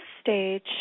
stage